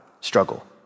struggle